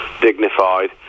dignified